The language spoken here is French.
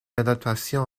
adaptation